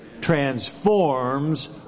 transforms